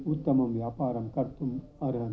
उत्तमं व्यापारं कर्तुम् अर्हन्ति